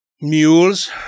Mules